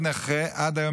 עד היום,